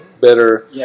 better